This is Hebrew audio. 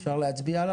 אפשר להצביע עליו?